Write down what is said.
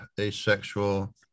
asexual